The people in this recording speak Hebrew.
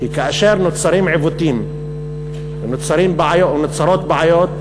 כי כאשר נוצרים עיוותים ונוצרות בעיות,